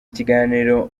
kiganiro